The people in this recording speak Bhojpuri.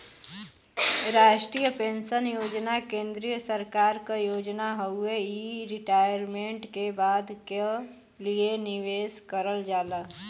राष्ट्रीय पेंशन योजना केंद्रीय सरकार क योजना हउवे इ रिटायरमेंट के बाद क लिए निवेश करल जाला